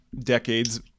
decades